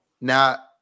Now